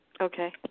Okay